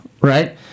right